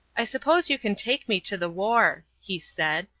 i suppose you can take me to the war, he said,